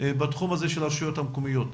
בתחום הזה של הרשויות המקומיות.